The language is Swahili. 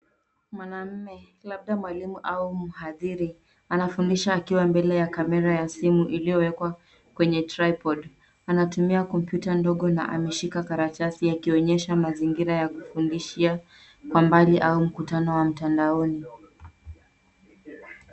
Mwanaume labda mwalimu au mhadhiri anafundisha akiwa mbele ya kamera ya simu iliyowekwa kwenye Tripod . Anatumia kompyuta ndogo na ameshika karatasi akionyesha mazingira ya kufundishia kwa mbali au mkutano wa mtandaoni.